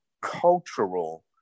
cultural